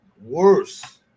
worse